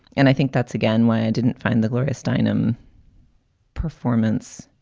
and i think that's, again, why i didn't find the gloria steinem performance.